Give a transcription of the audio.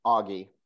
Augie